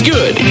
good